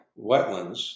wetlands